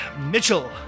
Mitchell